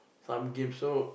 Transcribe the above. some games so